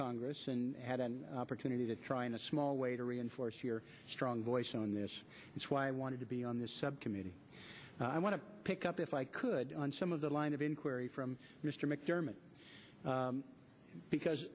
congress and had an opportunity to try in a small way to reinforce your strong voice on this is why i wanted to be on this subcommittee i want to pick up if i could on some of the line of inquiry from mr mcdermott because